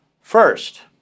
First